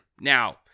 now